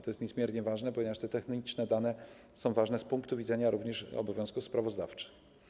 To jest niezmiernie ważne, ponieważ te dane techniczne są istotne z punktu widzenia również obowiązków sprawozdawczych.